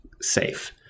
safe